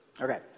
Okay